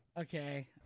Okay